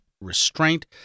restraint